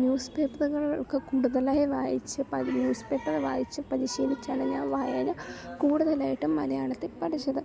news പേപ്പറുകൾ ഒക്കെ കൂടുതലായി വായിച്ചു ന്യൂസ് പേപ്പർ വായിച്ചു പരിശീലിച്ചാണ് ഞാൻ വായന കൂടുതലായിട്ടും മലയാളത്തിൽ പഠിച്ചത്